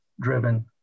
driven